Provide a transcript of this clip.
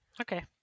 okay